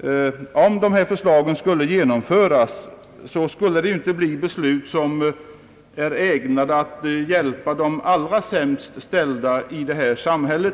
Ett bifall till dem skulle inte vara ägnat att hjälpa de allra sämst ställda i vårt samhälle.